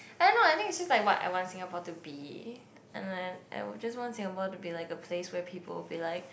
oh not I think it's just what I want Singapore to be and then I just want Singapore to be like a place where people will be like